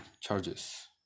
charges